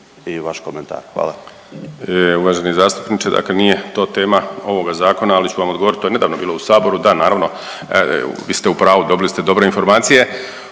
**Martinović, Juro** Uvaženi zastupniče, dakle nije to tema ovoga zakona, ali ću vam odgovoriti, to je nedavno bilo u saboru. Da, naravno vi ste u pravu, dobili ste dobre informacije,